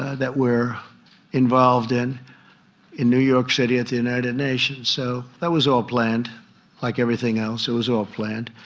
that we're involved in in new york city at the united nations. so that was all planned like everything else, it was all planned.